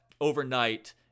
overnight